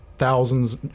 thousands